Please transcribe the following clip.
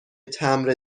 تمبر